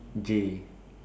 J